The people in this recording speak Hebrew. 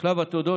בשלב התודות,